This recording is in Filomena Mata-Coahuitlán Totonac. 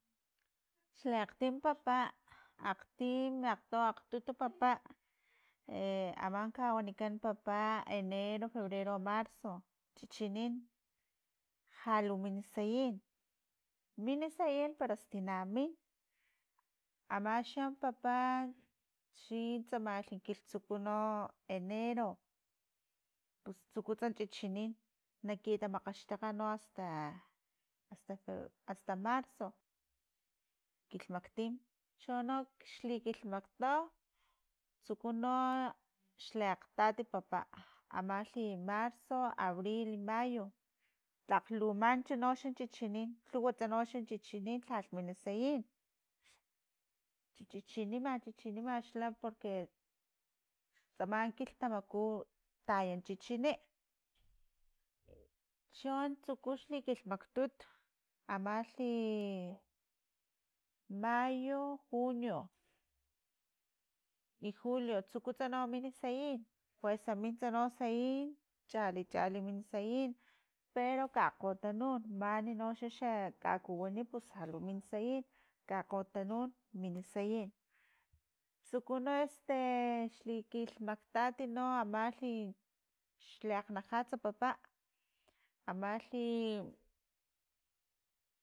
Xleakgtim papa akgtim akgtu akgtutu papa, ama kawanikan papa enero, febrero, marzo chichinin, jalu mini sayin, mini sayin pero stina min amaxa papa chintsamalhi kiltsuku enero pus tsukutsa chichinin naki tamakgaxtakga no asta asta marzo kilhmaktim chono xli kilhmakto tsuku no xleakgtati papa amalhi marzo abril mayo tlakglu manchu noxan chichinin lhuwatsa no chichinin lhalh mini sayin chichinima chichinima xla porque tsama kilhtamaku taya chichinin, chon tsuku xlikilhmaktut amalhi i mayo, junio y julio tsuku no min sayin kuesa mintsa no sayin, chali chali min sayin, pero kakgotanun mani no xa- xa kakuwini pus lhalumin sayin kakgotanun nini sayin tsuku no xli kilhmaktati no amalhi xliakgnajatsa papa amlhi